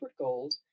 Gold